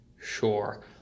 Sure